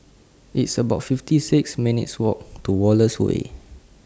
It's about fifty six minutes' Walk to Wallace Way